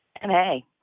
hey